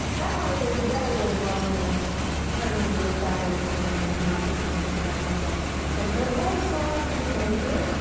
that probably goes together really well and then it turned into this fabulous painting that i'm now teaching you, so we have to send her light and love and say thank you.